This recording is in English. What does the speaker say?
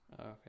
Okay